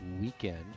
weekend